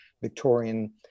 Victorian